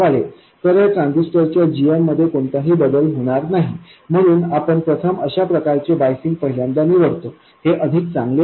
तर या ट्रान्झिस्टरच्या gm मध्ये कोणताही बदल होणार नाही म्हणूनच आपण प्रथम अशा प्रकारचे बायसिंग पहिल्यांदा निवडतो हे अधिक चांगले आहे